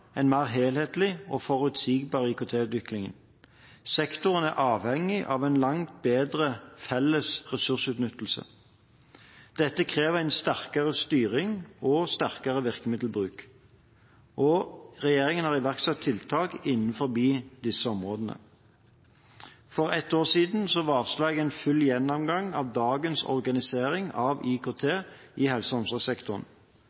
en mer helhetlig og forutsigbar IKT-utvikling. Sektoren er avhengig av en langt bedre felles ressursutnyttelse. Dette krever en sterkere styring og en sterkere virkemiddelbruk. Regjeringen har iverksatt tiltak innenfor disse områdene. For et år siden varslet jeg en full gjennomgang av dagens organisering av